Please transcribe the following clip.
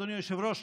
אדוני היושב-ראש,